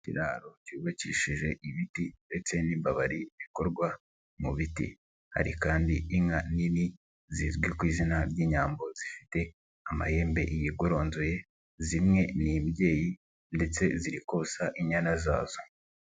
Ikiraro cyubakishije ibiti ndetse n'imbabari bikorwa mu biti, hari kandi inka nini zizwi ku izina ry'Inyambo zifite amahembe yigoronzoye, zimwe ni imbyeyi ndetse zirikonsa inyana zazo.